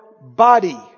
body